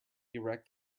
erect